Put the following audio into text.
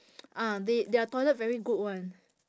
ah they their toilet very good [one]